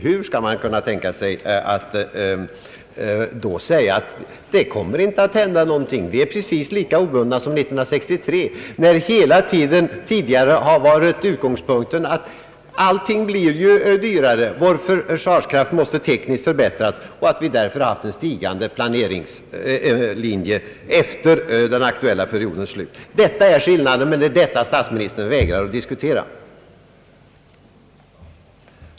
Hur skall man kunna säga, att det inte kommer att hända någonting, att vi är precis lika obundna som 1963, när utgångspunkten hela tiden har varit att allting blir dyrare? Vår försvarskraft måste tekniskt förbättras, och vi har därför haft stigande planering efter den aktuella periodens slut. Detta är skillnaden, men det vägrar statsministern att diskutera.